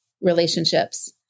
relationships